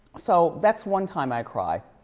so, that's one time i cry.